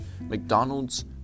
McDonald's